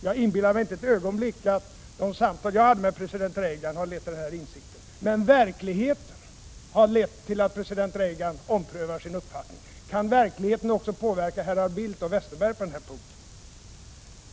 Jag inbillar mig inte ett ögonblick att de samtal jag hade med president Reagan har lett till den här insikten, men verkligheten har lett till att han omprövar sin uppfattning. Kan verkligheten också påverka herrar Bildt och Westerberg på den punkten?